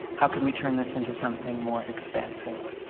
how can we turn this into something more expansive?